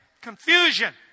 confusion